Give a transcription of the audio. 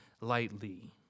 lightly